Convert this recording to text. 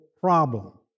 problem